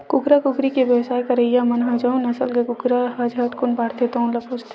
कुकरा, कुकरी के बेवसाय करइया मन ह जउन नसल के कुकरा ह झटकुन बाड़थे तउन ल पोसथे